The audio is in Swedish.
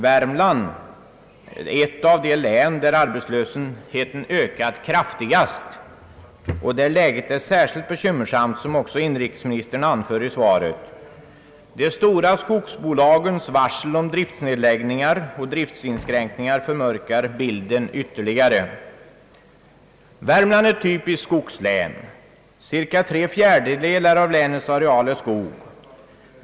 Värmland är ett av de län där arbetslösheten ökat kraftigast och där läget är särskilt bekymmersamt, som också inrikesministern anför i svaret. De stora skogsbolagens varsel om driftsnedläggningar och driftsinskränkningar förmörkar bilden ytterligare. Värmland är ett typiskt skogslän — cirka tre fjärdedelar av länets areal är skog.